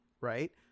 Right